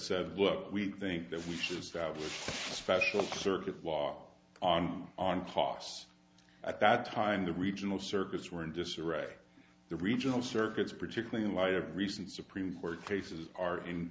said look we think that we should have special circuit law on on cos at that time the regional circuits were in disarray the regional circuits particularly in light of recent supreme court cases are in